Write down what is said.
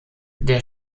der